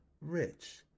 rich